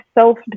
self